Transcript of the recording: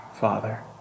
Father